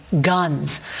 guns